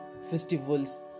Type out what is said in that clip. festivals